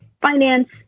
finance